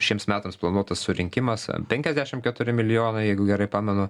šiems metams planuotas surinkimas penkiasdešim keturi milijonai jeigu gerai pamenu